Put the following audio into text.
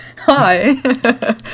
Hi